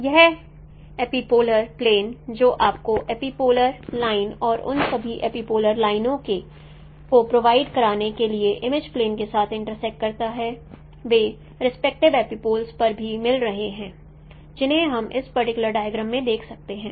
और यह epipolar plane जो आपको एपिपोलर लाइन और उन सभी एपिपोलर लाइनों को प्रोवाइड करने के लिए इमेज प्लेन के साथ इंटरसेप्ट करता है वे रेक्पेक्टिव एपिपोलस पर भी मिल रहे हैं जिन्हें हम इस पर्टिकुलर डायग्राम में देख सकते हैं